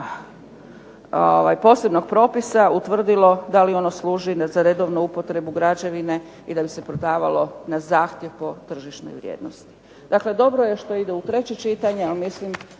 posebnog propisa utvrdilo da li ono služi za redovnu upotrebu građevine i da bi se prodavalo na zahtjev po tržišnoj vrijednosti. Dakle dobro je što ide u treće čitanje, ali mislim